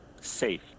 safe